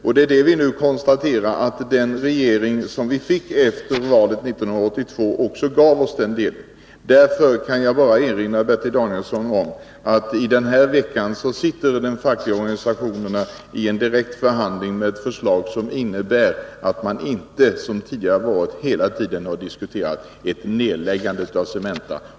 Vi kan nu konstatera att den regering som vi fick efter valet 1982 gav oss den möjligheten. Jag vill bara erinra Bertil Danielsson om att i denna vecka sitter de fackliga organisationerna i direkta förhandlingar om ett förslag som innebär att man inte, så som skedde hela tiden tidigare, diskuterar ett nedläggande av Cementa.